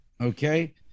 Okay